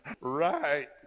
Right